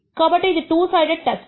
కాబట్టి ఇది two sided test